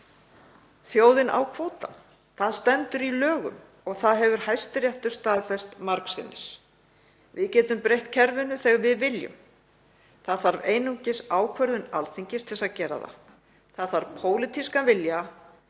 Þjóðin á kvótann. Það stendur í lögum og það hefur Hæstiréttur staðfest margsinnis. Við getum breytt kerfinu þegar við viljum. Það þarf einungis ákvörðun Alþingis til að gera það. Það þarf pólitískan vilja